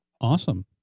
awesome